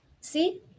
See